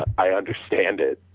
i understand it,